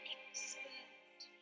expert